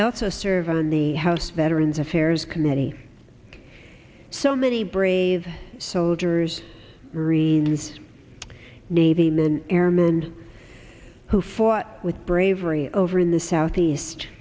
and also serve on the house veterans affairs committee so many brave soldiers marines navy men airmen who fought with bravery over in the southeast